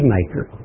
Maker